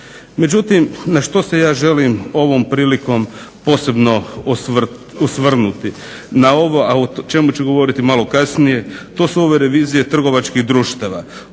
Međutim, na što se ja želim ovom prilikom posebno osvrnuti, na ovo o čemu ću govoriti malo kasnije, to su ove revizije trgovačkih društava.